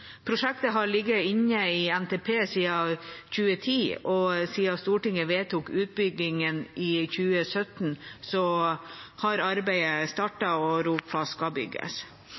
Prosjektet har ligget i Nasjonal transportplan siden 2010. Siden Stortinget vedtok utbyggingen i 2017, har arbeidet startet, og Rogfast skal bygges.